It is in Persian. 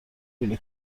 لوله